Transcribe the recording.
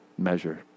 measure